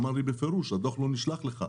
אמר לי בפירוש: הדוח לא נשלח לך.